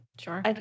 Sure